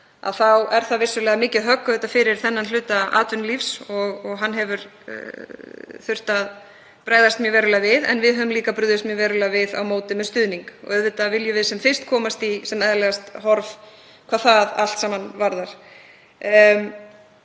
þá er það vissulega mikið högg fyrir þennan hluta atvinnulífs og hann hefur þurft að bregðast verulega við. En við höfum líka brugðist verulega við á móti með stuðningi. Auðvitað viljum við sem fyrst komast í sem eðlilegast horf hvað það allt saman varðar.